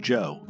Joe